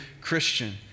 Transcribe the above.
Christian